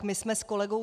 My jsme s kolegou